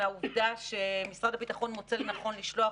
מהעובדה שמשרד הביטחון מוצא לנכון לשלוח